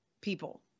people